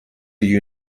you